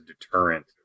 deterrent